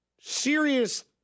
Serious